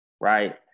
Right